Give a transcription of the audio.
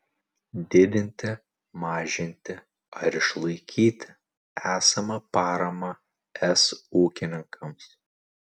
didinti mažinti ar išlaikyti esamą paramą es ūkininkams